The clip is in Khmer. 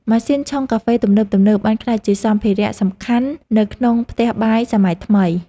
ម៉ាស៊ីនឆុងកាហ្វេទំនើបៗ បានក្លាយជាសម្ភារៈសំខាន់នៅក្នុងផ្ទះបាយសម័យថ្មី។